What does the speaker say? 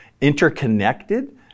interconnected